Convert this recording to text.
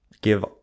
give